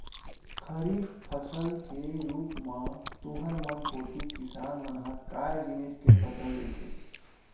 खरीफ फसल के रुप म तुँहर मन कोती किसान मन ह काय जिनिस के फसल लेथे?